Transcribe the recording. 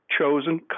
chosen